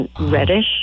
reddish